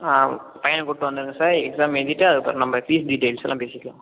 ஆ பையனை கூப்பிட்டு வந்துருங்க சார் எக்ஸாம் எழுதிவிட்டு அதுக்கு அப்புறம் நம்ப பீஸ் டீடெயில்ஸ் எல்லாம் பேசிக்கலாம்